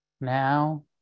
now